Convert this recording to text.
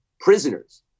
Prisoners